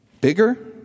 Bigger